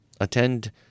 Attend